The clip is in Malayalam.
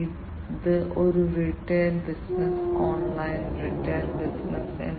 അതിനാൽ ഇതാണ് മീഥെയ്ൻ സെൻസർ അതിനാൽ ഇതാണ് ഓക്സിജൻ സെൻസർ